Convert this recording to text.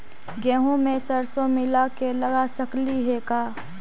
गेहूं मे सरसों मिला के लगा सकली हे का?